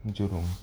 jurong